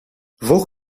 volg